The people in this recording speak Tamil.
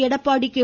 எடப்பாடி கே